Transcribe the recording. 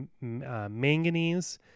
manganese